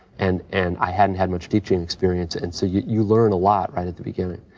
and and i hadn't had much teaching experience and so you you learn a lot right at the beginning.